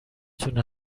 تونه